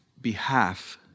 behalf